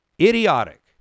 Idiotic